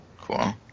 Cool